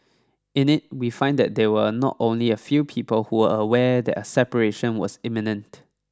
in it we find that there were not only a few people who are aware that a separation was imminent